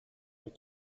des